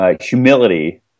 humility